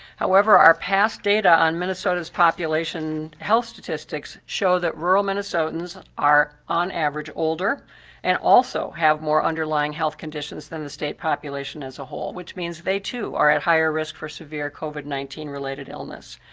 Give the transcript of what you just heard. however, our past data on minnesota's population health statistics show that rural minnesotans are, on average, older and also have more underlying health conditions than the state population as a whole. which means they too are at higher risk for sever covid nineteen related illness.